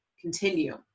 continue